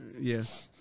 Yes